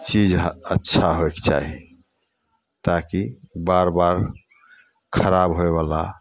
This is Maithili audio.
चीज अच्छा होइके चाही ताकि बार बार खराब होइवला